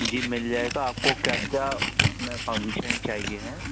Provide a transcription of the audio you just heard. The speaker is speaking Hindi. जी मिल जाएगा आपको क्या क्या उसमें फंक्शन चाहिए हैं